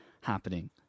happening